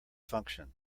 function